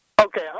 Okay